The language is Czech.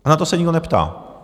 Na to se nikdo neptá.